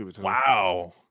wow